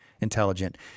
intelligent